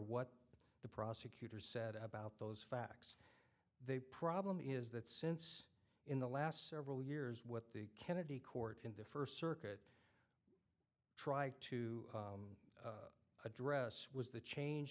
what the prosecutor said about those facts they problem is that since in the last several years what the kennedy court in the first circuit try to address was the change